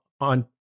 on